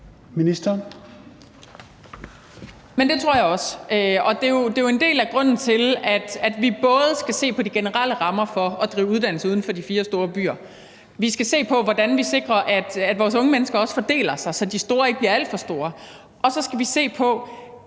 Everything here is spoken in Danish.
Det tror jeg også, og det er jo en del af grunden til, at vi skal se på de generelle rammer for at drive uddannelse uden for de fire store byer. Vi skal se på, hvordan vi sikrer, at vores unge mennesker også fordeler sig, så de store ikke bliver alt for store. Og så skal vi se på,